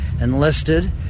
enlisted